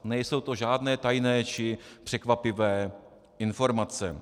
Nejsou to žádné tajné či překvapivé informace.